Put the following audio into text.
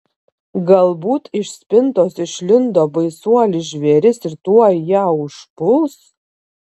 galbūt iš spintos išlindo baisuolis žvėris ir tuoj ją užpuls